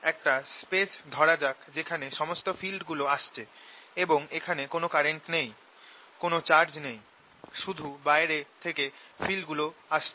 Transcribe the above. একটা স্পেস ধরা যাক যেখানে সমস্ত ফিল্ডগুলো আসছে এবং এখানে কোন কারেন্ট নেই কোন চার্জ নেই শুধু বাইরে থেকে ফিল্ডগুলো আসছে